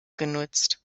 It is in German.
genutzt